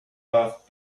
off